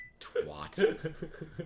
twat